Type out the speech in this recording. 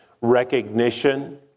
recognition